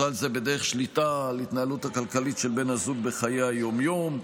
ובכלל זה בדרך שליטה על ההתנהלות הכלכלית של בן הזוג בחיי היום-יום.